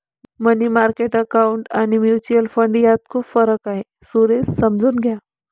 मनी market account आणि mutual fund यात खूप फरक आहे, सुरेश समजून घ्या